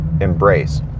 embrace